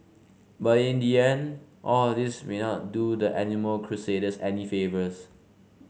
but in the end all this may not do the animal crusaders any favours